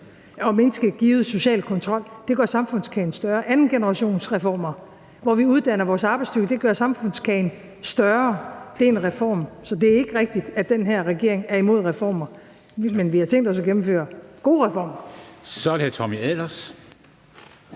mindske social kontrol. Det gør samfundskagen større. Andengenerationsreformer, hvor vi uddanner vores arbejdsstyrke, gør samfundskagen større – det er en reform. Så det er ikke rigtigt, at den her regering er imod reformer. Men vi har tænkt os at gennemføre gode reformer. Kl. 23:18 Formanden